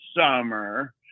summer